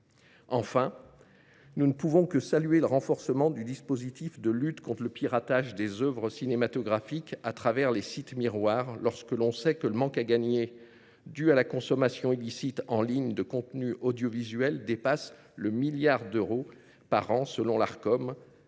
Enfin, nous ne pouvons que saluer le renforcement du dispositif de lutte contre le piratage des œuvres cinématographiques à travers les sites miroirs. En effet, le manque à gagner dû à la consommation illicite en ligne de contenus audiovisuels dépasse le milliard d’euros par an selon l’Autorité